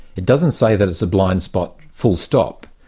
it doesn't say that it's a blind spot full-stop.